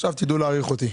(היו"ר משה גפני, 13:30) עכשיו תדעו להעריך אותי.